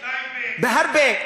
טייבה, טירה, כולם, בהרבה.